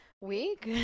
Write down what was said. week